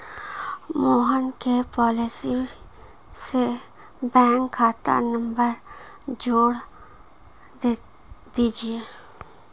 मोहन के पॉलिसी से बैंक खाता नंबर जोड़ दीजिए